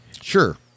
Sure